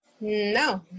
No